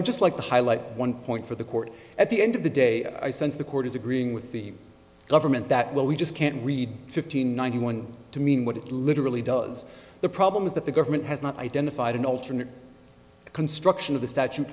would just like to highlight one point for the court at the end of the day i sense the court is agreeing with the government that well we just can't read fifteen ninety one to mean what it literally does the problem is that the government has not identified an alternate construction of the statu